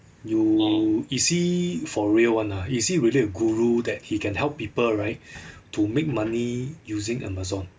you is he for real [one] ah is he really a guru that he can help people right to make money using amazon